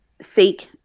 seek